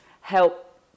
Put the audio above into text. help